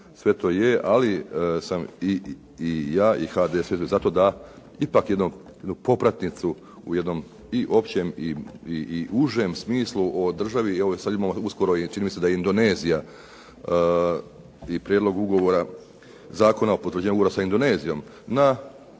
sve to je, ali sam i ja i HDSSB zato da ipak jednu popratnicu u jednom i općem i užem smislu o državi i evo sada imamo uskoro i čini mi se Indonezija i prijedlog ugovora Zakona o potvrđivanju ugovora sa Indonezijom doći